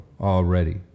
already